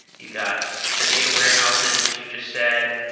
you got the data warehouses as you just said.